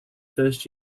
first